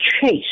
chase